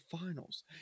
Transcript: finals